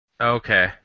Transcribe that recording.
Okay